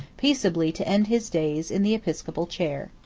peaceably to end his days in the episcopal chair.